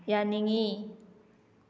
ꯌꯥꯅꯤꯡꯏ